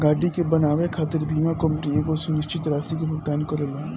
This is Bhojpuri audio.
गाड़ी के बनावे खातिर बीमा कंपनी एगो सुनिश्चित राशि के भुगतान करेला